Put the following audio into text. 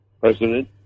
president